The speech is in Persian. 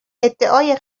ادعای